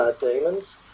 Demons